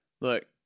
look